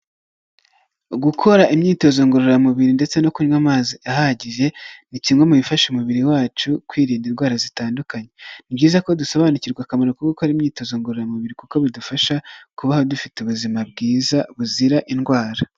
Gukora imyitozo ngororamubiri ndetse no kunywa amazi ahagije, ni kimwe mu bifasha umubiri wacu kwirinda indwara zitandukanye, ni byiza ko dusobanukirwa akamaro ko gukora imyitozo ngororamubiri kuko bidufasha kubaho dufite ubuzima bwiza, buzira indwara.